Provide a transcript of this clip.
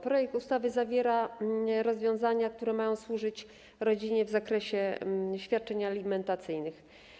Projekt ustawy zawiera rozwiązania, które mają służyć rodzinie w zakresie świadczeń alimentacyjnych.